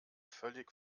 völlig